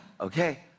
Okay